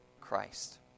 Christ